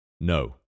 No